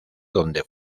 donde